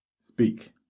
speak